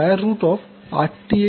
এখন আমরা কি পাবো